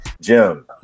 Jim